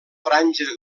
franges